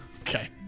Okay